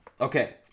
Okay